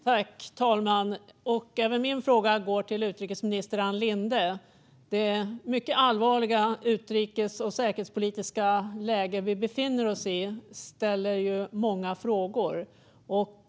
Fru talman! Även min fråga går till utrikesminister Ann Linde. Det mycket allvarliga utrikes och säkerhetspolitiska läge vi befinner oss i väcker många frågor.